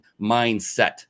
mindset